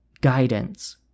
guidance